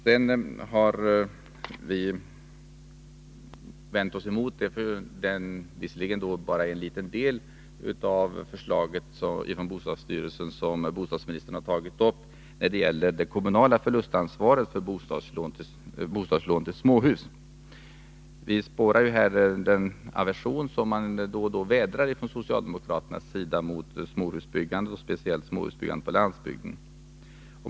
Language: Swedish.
Sedan har vi vänt oss emot den del av förslaget från bostadsstyrelsen som bostadsministern har tagit upp när det gäller det kommunala förlustansvaret för bostadslån till småhus. Vi spårar här den aversion som man från socialdemokraternas sida då och då vädrar mot småhusbyggande och speciellt mot småhusbyggande på landsbygd.